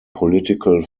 political